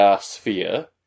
sphere